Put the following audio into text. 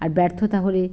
আর ব্যর্থতা হলে